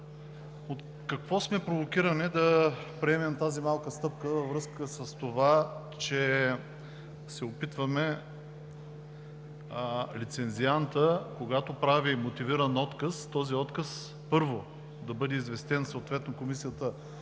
От какво сме провокирани да приемем тази малка стъпка във връзка с това, че се опитваме лицензиантът, когато прави мотивиран отказ – първо, този отказ да бъде известен – съответно Комисията